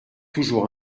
toujours